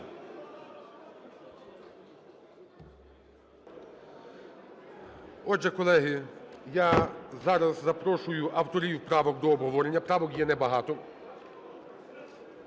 Отже, колеги, я зараз запрошую авторів правок до обговорення. Правок є небагато.